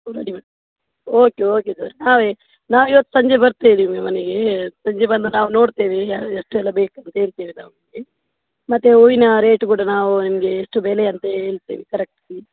okay okay sir ನಾವೇ ನಾವು ಇವತ್ತು ಸಂಜೆ ಬರ್ತೇವೆ ನಿಮ್ಮ ಮನೆಗೆ ಸಂಜೆ ಬಂದು ನಾವು ನೋಡ್ತೇವೆ ಎಷ್ಟೆಲ್ಲ ಬೇಕಂತ ಹೇಳ್ತೀವ್ ನಾವು ನಿಮಗೆ ಮತ್ತು ಹೂವಿನ ರೇಟು ಕೂಡ ನಾವು ನಿಮಗೆ ಎಷ್ಟು ಬೆಲೆ ಅಂತ ಹೇಳ್ತೇವೆ ಕರೆಕ್ಟಾಗಿ